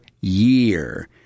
year